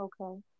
Okay